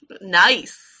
Nice